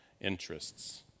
interests